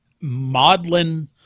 maudlin